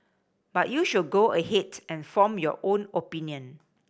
but you should go ahead and form your own opinion